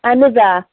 اہن حظ آ